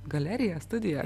galeriją studiją